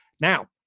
Now